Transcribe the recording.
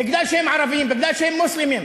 מפני שהם ערבים, מפני שהם מוסלמים.